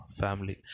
family